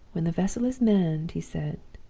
when the vessel is manned he said,